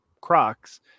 Crocs